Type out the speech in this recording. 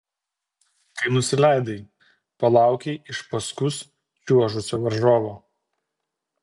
kai nusileidai palaukei iš paskus čiuožusio varžovo